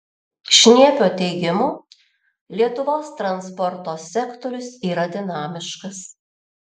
šniepio teigimu lietuvos transporto sektorius yra dinamiškas